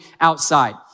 outside